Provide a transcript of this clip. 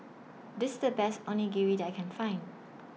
This IS The Best Onigiri that I Can Find